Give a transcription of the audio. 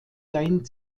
sein